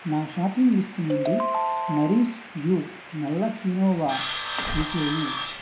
నా shopping list నుండి Nourish You నల్ల కినోవా తీసేయి